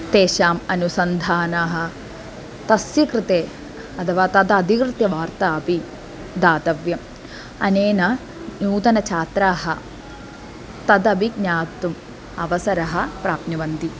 तेषाम् अनुसन्धानः तस्य कृते अथवा तद् अधिकृत्य वार्तापि दातव्यम् अनेन नूतनछात्राः तदपि ज्ञातुम् अवसरः प्राप्नुवन्ति